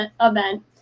event